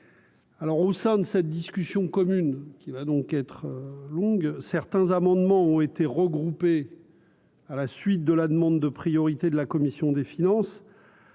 Alors au sein de cette discussion commune qui va donc être longue certains amendements ont été regroupés à la suite de la demande de priorité de la commission des finances.